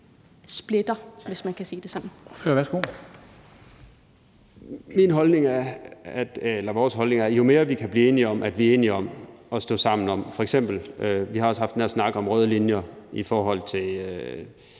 Christoffer Aagaard Melson (V): Vores holdning er, at jo mere vi kan blive enige om – vi er enige om at stå sammen om – jo bedre. F.eks har vi også haft den her snak om røde linjer i forhold til,